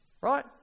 Right